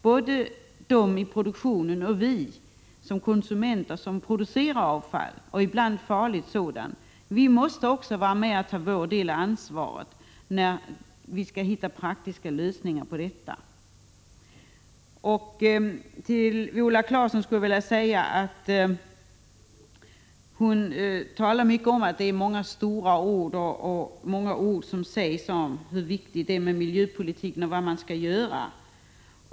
Både producenterna och vi konsumenter som producerar avfall — och ibland farligt sådant — måste ta vår del av ansvaret för att hitta praktiska lösningar. Viola Claesson talade mycket om att det sägs många stora ord om vikten av miljöpolitik och om vad man skall göra.